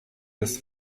das